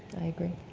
i agree.